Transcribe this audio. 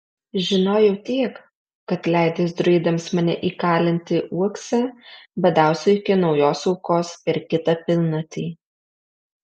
žinojau tiek kad leidęs druidams mane įkalinti uokse badausiu iki naujos aukos per kitą pilnatį